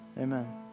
amen